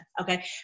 Okay